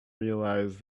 realize